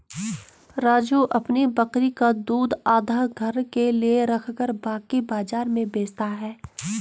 राजू अपनी बकरी का दूध आधा घर के लिए रखकर बाकी बाजार में बेचता हैं